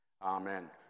Amen